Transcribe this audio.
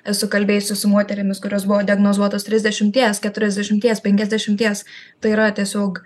esu kalbėjusi su moterimis kurios buvo diagnozuotos trisdešimties keturiasdešimties penkiasdešimties tai yra tiesiog